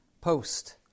post